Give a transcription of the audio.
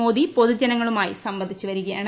മോദി പൊതുജനങ്ങളുമായി സംവദിച്ചു വരികയാണ്